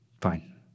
Fine